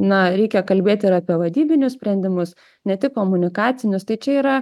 na reikia kalbėt ir apie vadybinius sprendimus ne tik komunikacinius tai čia yra